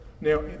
Now